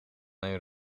een